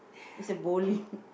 is a bowling